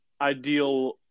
ideal